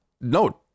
no